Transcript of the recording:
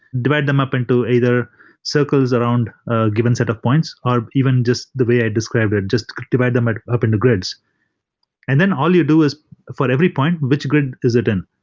divide them up into either circles around a given set of points, or even just the way i described it, just divide them ah up into grids and then all you do is for every point, which grid is it in?